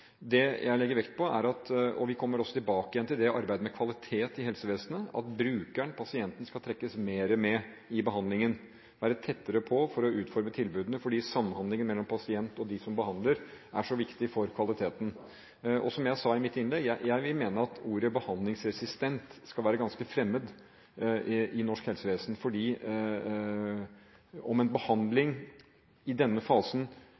Det jeg legger vekt på, og vi kommer også tilbake til det i forbindelse med arbeidet med kvalitet i helsevesenet, er at brukeren, pasienten, skal trekkes mer med i behandlingen og være tettere på for å utforme tilbudene, fordi samhandlingen mellom pasient og de som behandler, er så viktig for kvaliteten. Og som jeg sa i mitt innlegg: Jeg vil mene at ordet «behandlingsresistent» skal være ganske fremmed i norsk helsevesen, for hvorvidt en behandling i denne fasen